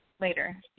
later